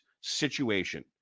situation